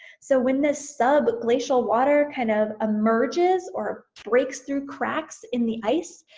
so when the subglacial water kind of emerges or breaks through cracks in the ice,